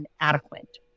inadequate